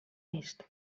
est